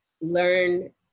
learn